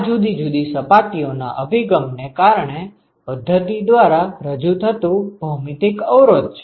આ જુદી જુદી સપાટીઓના અભિગમ ને કારણે પદ્ધતિ દ્વારા રજુ થતું ભૌમિતિક અવરોધ છે